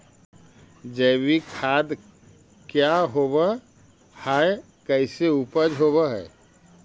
जैविक खाद क्या होब हाय कैसे उपज हो ब्हाय?